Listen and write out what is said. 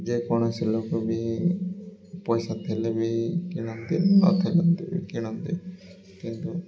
ଯେକୌଣସି ଲୋକ ବି ପଇସା ଥିଲେ ବି କିଣନ୍ତି ନ କିଣନ୍ତି କିନ୍ତୁ